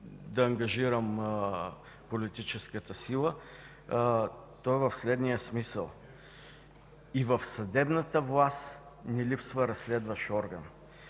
да ангажирам политическата сила. То е в следния смисъл – и в съдебната власт не липсва разследващ орган.